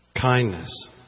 kindness